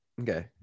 Okay